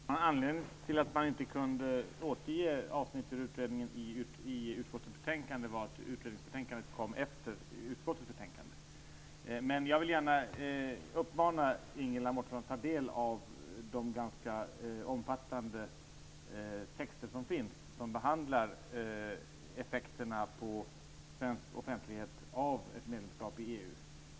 Herr talman! Anledningen till att man inte kunde återge avsnitt ur utredningen i utskottets betänkande var att utredningsbetänkandet kom efter utskottets betänkande. Men jag vill gärna uppmana Ingela Mårtensson att ta del av de ganska omfattande texter som finns som behandlar effekterna på svensk offentlighet av ett medlemskap i EU.